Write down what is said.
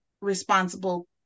responsible